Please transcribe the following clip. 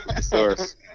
source